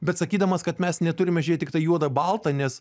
bet sakydamas kad mes neturime žiūrėti tiktai juoda balta nes